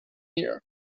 year